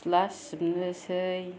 सिथ्ला सिबनोसै